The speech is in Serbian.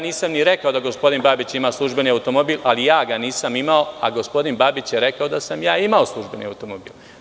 Nisam ni rekao da gospodin Babić ima službeni automobil, ali ja ga nisam imao, a gospodin Babić je rekao da sam ja imao službeni automobil.